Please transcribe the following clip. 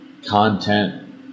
content